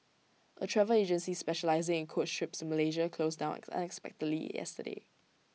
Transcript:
A travel agency specialising in coach trips Malaysia closed down unexpectedly yesterday